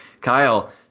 Kyle